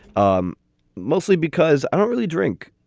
um mostly because i don't really drink